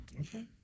Okay